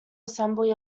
assembly